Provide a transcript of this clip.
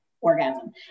orgasm